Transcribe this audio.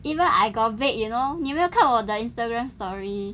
even I got bake you know 你没有看我的 instagram story